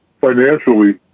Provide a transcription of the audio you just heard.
financially